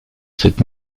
cette